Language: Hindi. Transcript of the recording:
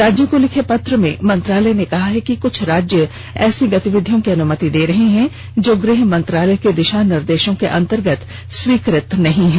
राज्यों को लिखे पत्र में मंत्रालय ने कहा है कि कुछ राज्य ऐसी गतिविधियों की अनुमति दे रहे हैं जो गृह मंत्रालय के दिशा निर्देशो के अंतर्गत स्वीकृत नहीं है